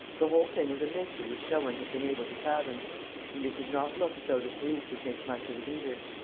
the whole thing was a mystery which no one had been able to fathom and it did not look as though the police would make much of it either.